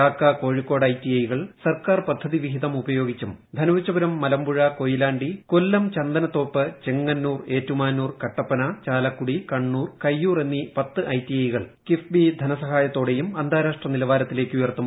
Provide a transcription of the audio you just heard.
ചാക്ക കോഴിക്കോട് ഐടിഐകൾ സർക്കാർ പദ്ധതി വിഹിതം ഉപയോഗിച്ചും ധനുവച്ചപുരം മലമ്പുഴ കൊയിലാണ്ടി കൊല്ലം ചന്ദനത്തോപ്പ് ചെങ്ങന്നൂർ ഏറ്റുമാന്നൂർ കട്ടപ്പന ചാലക്കുടി കണ്ണൂർ കയ്യൂർ എന്നീ പത്ത് ഐടിഐകൾ കിഫ്ബി ധനസഹായത്തോടെയും അന്താരാഷ്ട്രനിലവാരത്തിലേക്ക് ഉയർത്തും